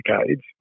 decades